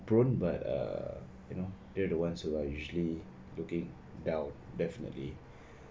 grown but err you know they are the ones who are usually looking down definitely